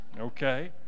Okay